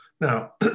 now